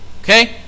okay